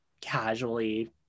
casually